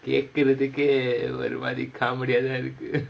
கேக்குறதுக்கே ஒரு மாரி:kaekkurathukkae oru maari comedy ah தான் இருக்கு:thaan irukku